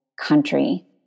country